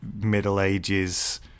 middle-ages